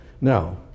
Now